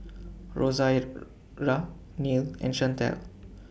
Rosaria Neil and Shantel